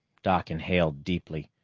doc inhaled deeply.